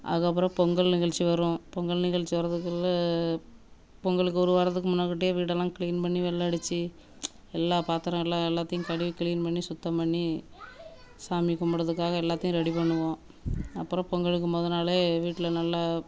அதற்கு அப்புறோம் பொங்கல் நிகழ்ச்சி வரும் பொங்கல் நிகழ்ச்சி வரதுக்குள்ளே பொங்கலுக்கு ஒரு வாரத்துக்கு முன்னக்கூட்டியே வீடெல்லாம் க்ளீன் பண்ணி வெள்ளைடிச்சி எல்லாம் பாத்திரம் எல்லாம் எல்லாத்தியும் கழுவி க்ளீன் பண்ணி சுத்தம் பண்ணி சாமி கும்பிட்றதுக்காக எல்லாத்தையும் ரெடி பண்ணுவோம் அப்புறோம் பொங்கலுக்கு முதல் நாளே வீட்டில் நல்லா